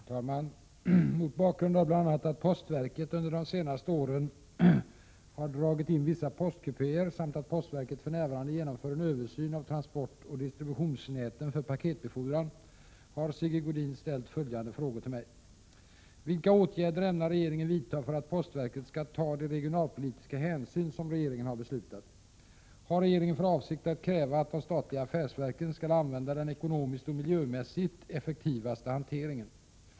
Herr talman! Mot bakgrund av bl.a. att postverket under de senaste åren har dragit in vissa postkupéer samt att postverket för närvarande genomför en översyn av transportoch distributionsnäten för paketbefordran har Sigge Godin ställt följande frågor till mig: - Har regeringen för avsikt att kräva att de statliga affärsverken skall använda den ekonomiskt och miljömässigt effektivaste hanteringen?